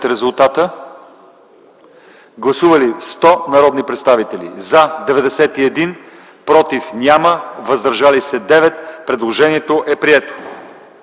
гласуват. Гласували 100 народни представители: за 91, против няма, въздържали се 9. Предложението е прието.